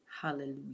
Hallelujah